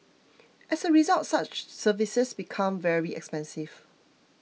as a result such services become very expensive